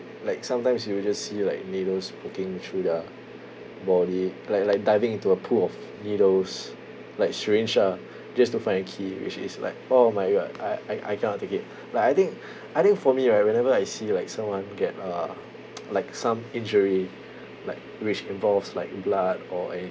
like sometimes you'll just see like needles poking through their body like like diving into a pool of needles like strange ah just to find a key which is like oh my god I I I cannot take it like I think I think for me right whenever I see like someone get uh like some injury like which involves like blood or anything